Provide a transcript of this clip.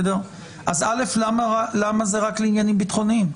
אז אל"ף למה זה רק לעניינים ביטחוניים?